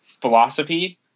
philosophy